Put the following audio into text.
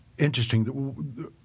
interesting